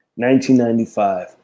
1995